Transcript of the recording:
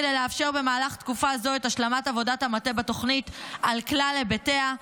כדי לאפשר במהלך תקופה זו את השלמת עבודת המטה בתוכנית על כלל היבטיה,